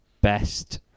best